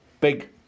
big